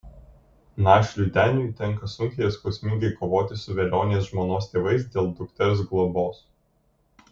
našliui deniui tenka sunkiai ir skausmingai kovoti su velionės žmonos tėvais dėl dukters globos